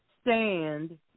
Stand